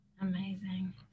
Amazing